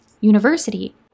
university